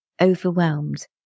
overwhelmed